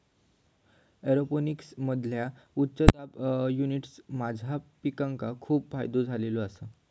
एरोपोनिक्समधील्या उच्च दाब युनिट्सचो माझ्या पिकांका खूप फायदो झालेलो आसा